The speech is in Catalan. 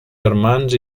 germans